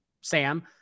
Sam